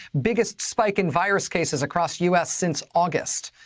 biggest spike in virus cases across u s. since august.